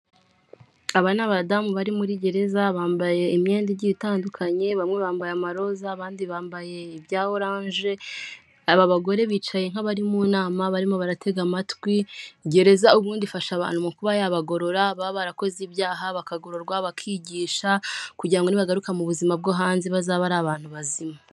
Aba ni abadamu bari muri gereza bambaye imyenda igiye itandukanye bamwe bambaye amaroza, abandi bambaye ibya orange, aba bagore bicaye nk'abari mu nama barimo baratega amatwi. Gereza ubundi ifasha abantu mu kuba yabagorora baba barakoze ibyaha bakagororwa, bakigisha kugira ngo nibagaruka mu buzima bwo hanze bazabe ari abantu bazima.